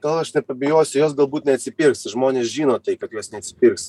gal aš nepabijosiu jos galbūt neatsipirks žmonės žino tai kad jos neatsipirks